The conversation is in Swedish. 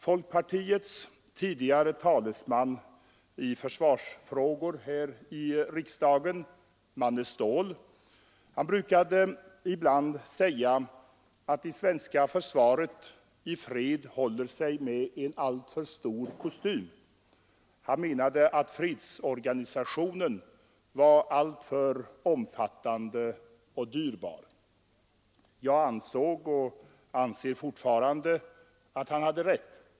Folkpartiets tidigare talesman i försvarsfrågor här i riksdagen, Manne Ståhl, sade ibland att det svenska försvaret i fred håller sig med en alltför stor kostym. Han menade att fredsorganisationen var alltför omfattande och dyrbar. Jag ansåg och anser fortfarande att han hade rätt.